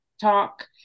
talk